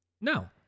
no